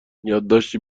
یادداشتی